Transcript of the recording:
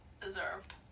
deserved